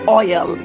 oil